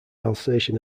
alsatian